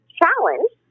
challenge